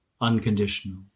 unconditional